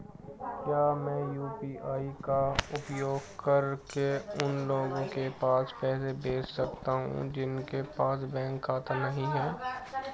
क्या मैं यू.पी.आई का उपयोग करके उन लोगों के पास पैसे भेज सकती हूँ जिनके पास बैंक खाता नहीं है?